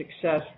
success